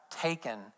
taken